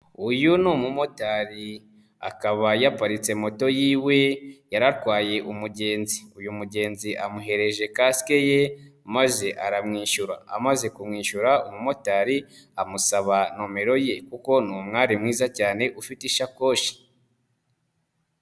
Uyu ni umumotari akaba yaparitse moto yiwe yaratwaye umugenzi. Uyu mugenzi amuhereje kasike ye, maze aramwishyura amaze kumwishyura umumotari amusaba nomero ye kuko ni umwari mwiza cyane ufite ishakoshi.